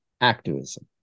activism